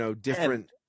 different –